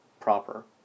proper